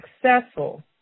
successful